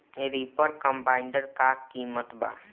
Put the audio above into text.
Reaper cum binder का किमत बा?